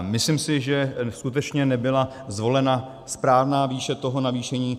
Myslím si, že skutečně nebyla zvolena správná výše navýšení.